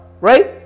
right